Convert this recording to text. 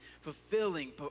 fulfilling